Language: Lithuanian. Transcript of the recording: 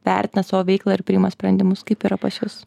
vertina savo veiklą ir priima sprendimus kaip yra pas jus